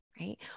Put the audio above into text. right